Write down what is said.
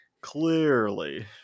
clearly